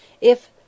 If—